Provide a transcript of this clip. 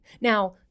Now